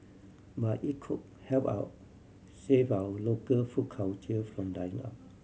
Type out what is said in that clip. but it could help our save our local food culture from dying out